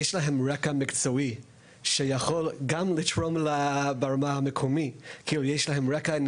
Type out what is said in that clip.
אם רקע מקצועי שיכול גם לתרום ברמה המקומית כי יש להם רקע,